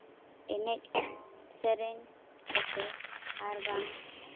ᱮᱱᱮᱡ ᱥᱮᱨᱮᱧ ᱠᱟᱛᱮᱫ ᱟᱨᱵᱟᱝ